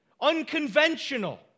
Unconventional